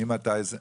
ממתי זה?